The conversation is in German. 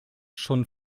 schon